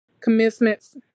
commencements